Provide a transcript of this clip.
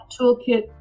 toolkit